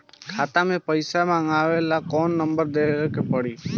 खाता मे से पईसा मँगवावे ला कौन नंबर देवे के पड़ी?